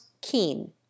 keen